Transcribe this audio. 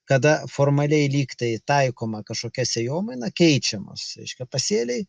kada formaliai lyg tai taikoma kažkokia sėjomaina keičiamas reiškia pasėliai